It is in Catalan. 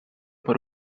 per